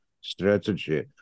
strategy